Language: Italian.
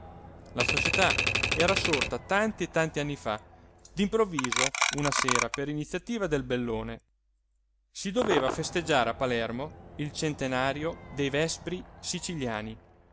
la società era sorta tanti e tanti anni fa d'improvviso una sera per iniziativa del bellone si doveva festeggiare a palermo il centenario dei vespri siciliani